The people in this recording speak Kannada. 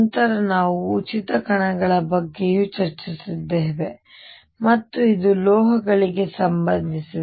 ನಂತರ ನಾವು ಉಚಿತ ಕಣಗಳ ಬಗ್ಗೆಯೂ ಚರ್ಚಿಸಿದ್ದೇವೆ ಮತ್ತು ಇದು ಲೋಹಗಳಿಗೆ ಸಂಬಂಧಿಸಿದೆ